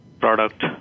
product